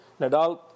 Nadal